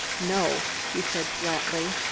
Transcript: no, he said flatly.